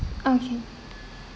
okay